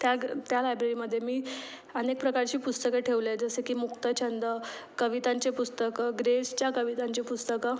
त्या ग्र त्या लायब्ररीमध्ये मी अनेक प्रकारची पुस्तके ठेवली आहे जसे की मुक्त छंद कवितांची पुस्तकं ग्रेसच्या कवितांची पुस्तकं